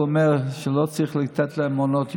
הוא אומר שלא צריך לתת להן מעונות יום,